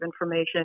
information